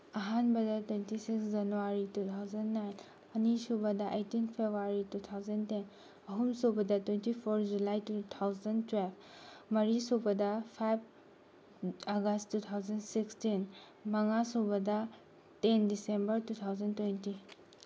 ꯑꯍꯥꯟꯕꯗ twenty six January two thousand nine ꯑꯅꯤꯁꯨꯕꯗ eighteen February two thousand ten ꯑꯍꯨꯝꯁꯨꯕꯗ twenty four July two thousand twelve ꯃꯔꯤꯁꯨꯕꯗ five August two thousand sixteen ꯃꯉꯥꯁꯨꯕꯗ ten December two thousand twenty